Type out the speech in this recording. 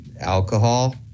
alcohol